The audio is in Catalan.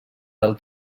del